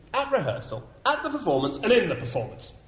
at rehearsal, at the performance, in the performance,